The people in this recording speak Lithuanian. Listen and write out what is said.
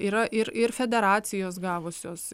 yra ir ir federacijos gavusios